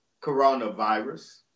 coronavirus